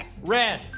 red